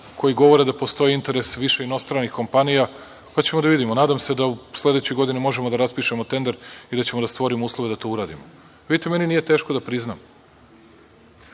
koji govore da postoji interes više inostranih kompanija pa ćemo da vidimo. Nadam se da u sledećoj godini možemo da raspišemo tender i da ćemo da stvorimo uslove da to uradimo. Vidite, meni nije teško da priznam.